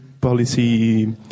policy